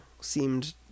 seemed